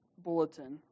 bulletin